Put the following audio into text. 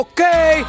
Okay